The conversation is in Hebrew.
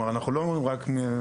אנחנו לא אומרים רק...